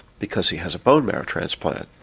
because he has a bone marrow transplant.